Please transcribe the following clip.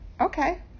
Okay